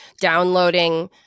downloading